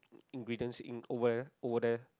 ingredients in over there over there